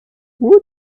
woot